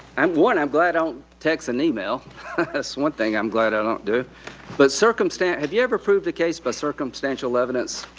i'm one, i'm glad i don't text and email. that's one thing i'm glad i don't do but circumsta have you ever proved the case by circumstantial evidence,